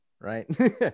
right